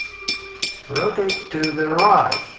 rotate to the right.